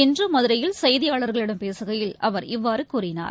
இன்று மதுரையில் செய்தியாளர்களிடம் பேசுகையில் அவர் இவ்வாறு கூறினார்